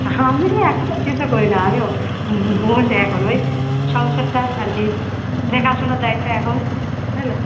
আমি এখন তো আর কিছু করি না আমিও বসে একন ওই সংসারটা আর কি দেখাশোনার দায়িত্ব এখন বুঝলে